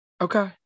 Okay